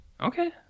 Okay